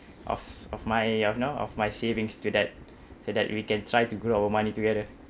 of of my you know of my savings to that so that we can try to grow our money together